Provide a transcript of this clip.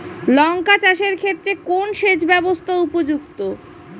লঙ্কা চাষের ক্ষেত্রে কোন সেচব্যবস্থা উপযুক্ত?